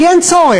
כי אין צורך.